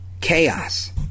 Chaos